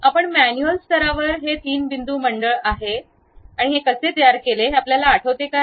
आपण मॅन्युअल स्तरावर ते तीन बिंदू मंडळ आह कसे तयार केले ते आपल्याला आठवते काय